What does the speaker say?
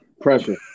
Pressure